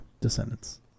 Descendants